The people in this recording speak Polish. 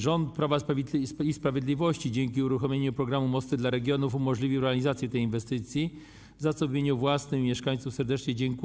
Rząd Prawa i Sprawiedliwości dzięki uruchomieniu programu ˝Mosty dla regionów˝ umożliwił realizację tej inwestycji, za co w imieniu własnym i mieszkańców serdecznie dziękuję.